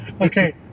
Okay